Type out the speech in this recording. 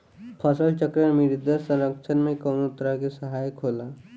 फसल चक्रण मृदा संरक्षण में कउना तरह से सहायक होला?